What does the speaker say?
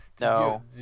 no